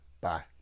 bye